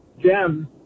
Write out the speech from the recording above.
gem